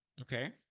Okay